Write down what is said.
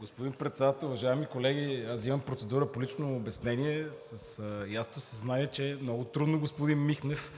Господин Председател, уважаеми колеги! Взимам процедура за лично обяснение с ясното съзнание, че много трудно господин Михнев